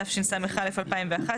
התשס"א-2001,